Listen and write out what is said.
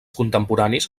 contemporanis